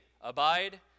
Abide